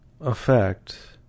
affect